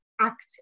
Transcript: act